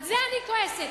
על זה אני כועסת.